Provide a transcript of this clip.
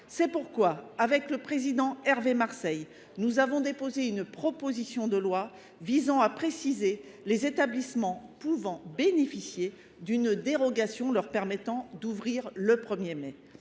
C'est pourquoi, avec le président Hervé Marseille, nous avons déposé une proposition de loi visant à préciser les établissements pouvant bénéficier d'une dérogation leur permettant d'ouvrir le 1er mai.